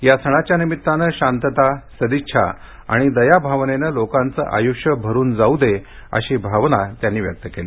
या सणाच्या निमित्तानं शांतता सदिच्छा आणि दयाभावनेनं लोकांचं आयुष्य भरून जाऊ दे अशी भावना त्यांनी व्यक्त केली